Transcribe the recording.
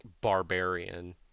barbarian